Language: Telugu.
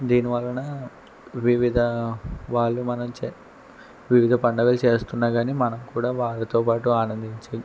దీనివలన వివిధ వాళ్ళు మనం వివిధ పండుగలు చేస్తున్నా గాని మనం కూడా వారితో పాటు ఆనందించి